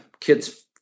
kids